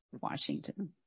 washington